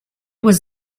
was